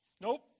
Nope